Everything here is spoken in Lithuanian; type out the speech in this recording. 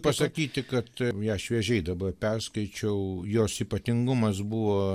pasakyti kad ją šviežiai dabar perskaičiau jos ypatingumas buvo